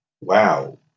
wow